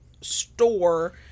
store